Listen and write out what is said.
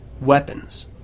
weapons